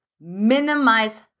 minimize